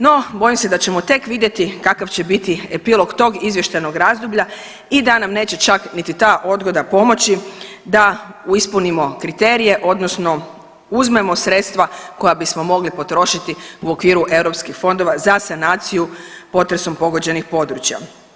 No, bojim se da ćemo tek vidjeti kakav će biti epilog tog izvještajnog razdoblja i da nam neće čak niti ta odgoda pomoći, da ispunimo kriterije, odnosno uzmemo sredstva koja bismo mogli potrošiti u okviru EU fondova za sanaciju potresom pogođenih područja.